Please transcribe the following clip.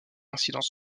incidence